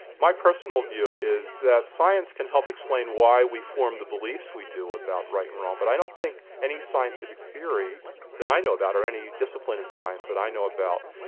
my personal view is that science can help explain why we form the beliefs we do about right and wrong, but i don't think any scientific theory that i know about, or any discipline in science that i know about,